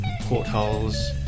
portholes